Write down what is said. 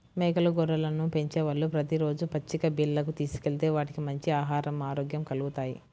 మేకలు, గొర్రెలను పెంచేవాళ్ళు ప్రతి రోజూ పచ్చిక బీల్లకు తీసుకెళ్తే వాటికి మంచి ఆహరం, ఆరోగ్యం కల్గుతాయి